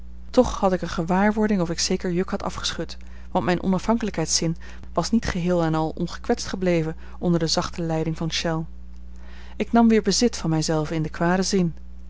toch had ik eene gewaarwording of ik zeker juk had afgeschud want mijn onafhankelijkheidszin was niet geheel en al ongekwetst gebleven onder de zachte leiding van chelles ik nam weer bezit van mij zelve in den kwaden zin